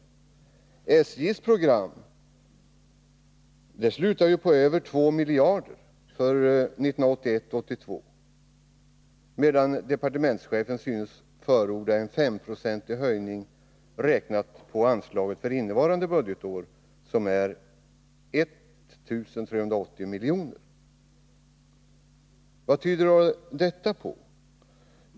SJ:s program slutar på över två miljarder för 1981/82, medan departementschefen synes förorda en S5-procentig höjning, räknad på anslaget för innevarande budgetår, vilket är 1 380 miljoner. Vad tyder då detta på?